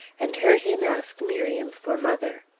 and heard him ask miriam for mother.